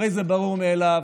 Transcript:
הרי זה ברור מאליו.